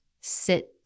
sit